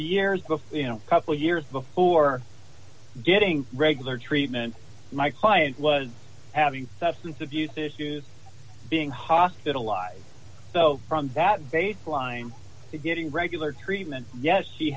years before you know couple years before getting regular treatment my client was having substance abuse issues being hospitalized so from that baseline to getting regular treatment yes she